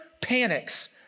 panics